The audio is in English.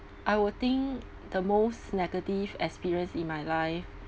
I will think the most negative experience in my life